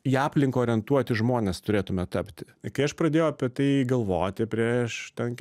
į aplinką orientuoti žmonės turėtume tapti kai aš pradėjau apie tai galvoti prieš ten